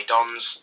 Dons